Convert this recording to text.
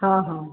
हाँ हाँ